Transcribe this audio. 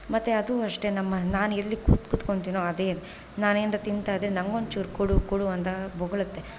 ಮತ್ತು ಅದು ಅಷ್ಟೇ ನಮ್ಮ ನಾನು ಎಲ್ಲಿ ಕೂತ್ಕೋ ಕೂತ್ಕೋತಿನೋ ಅದೇ ನಾನು ಏನಾರ ತಿಂತಾಯಿದ್ದರೆ ನಂಗೊಂಚೂರು ಕೊಡು ಕೊಡು ಅಂತ ಬೊಗಳುತ್ತೆ